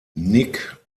nick